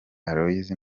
aloys